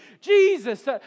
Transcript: Jesus